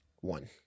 One